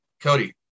Cody